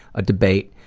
a debate,